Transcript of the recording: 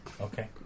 Okay